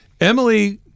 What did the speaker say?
Emily